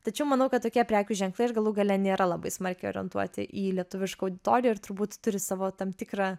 tačiau manau kad tokie prekių ženklai ir galų gale nėra labai smarkiai orientuoti į lietuvišką auditoriją ir turbūt turi savo tam tikra